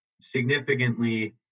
significantly